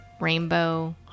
rainbow